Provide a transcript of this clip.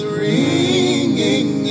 ringing